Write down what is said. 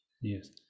Yes